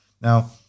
Now